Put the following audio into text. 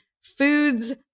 foods